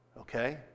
Okay